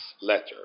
letter